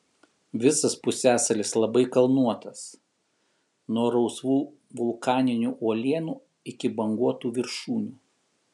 visas pusiasalis labai kalnuotas nuo rausvų vulkaninių uolienų iki banguotų viršūnių